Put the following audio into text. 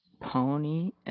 Pony